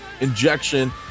injection